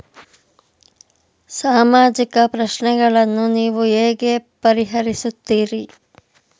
ಸಾಮಾಜಿಕ ಪ್ರಶ್ನೆಗಳನ್ನು ನೀವು ಹೇಗೆ ಪರಿಹರಿಸುತ್ತೀರಿ?